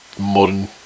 modern